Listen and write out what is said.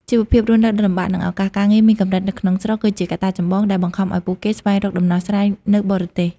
ជីវភាពរស់នៅដ៏លំបាក និងឱកាសការងារមានកម្រិតនៅក្នុងស្រុក គឺជាកត្តាចម្បងដែលបង្ខំឱ្យពួកគេស្វែងរកដំណោះស្រាយនៅបរទេស។